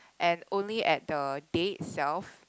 and only at the day itself